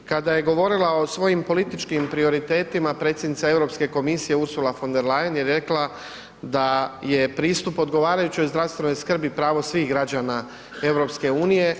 Kada je govorila o svojim političkim prioritetima predsjednica EU komisije Ursula von der Leyen je rekla da je pristup odgovarajućoj zdravstvenoj skrbi pravo svih građana EU.